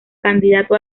candidato